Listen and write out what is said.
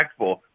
impactful